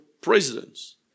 presidents